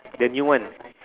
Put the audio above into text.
the new one